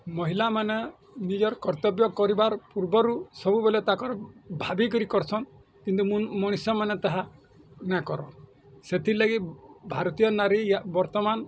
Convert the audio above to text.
ମହିଲାମାନେ ନିଜର କର୍ତ୍ତବ୍ୟ କରିବାର ପୂର୍ବରୁ ସବୁବେଳେ ତାଙ୍କର ଭାବିକରି କରସନ୍ କିନ୍ତୁ ମଣିଷମାନେ ତାହା ନା କର ସେଥିର୍ଲାଗି ଭାରତୀୟ ନାରୀ ବର୍ତ୍ତମାନ